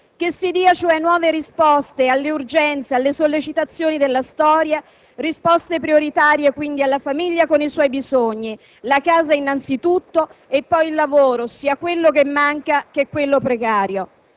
che si diano cioè risposte alle nuove urgenze e alle sollecitazioni della storia; risposte prioritarie quindi alla famiglia con i suoi bisogni: la casa, innanzitutto, e poi il lavoro, sia quello che manca che quello precario.